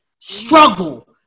struggle